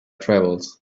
travels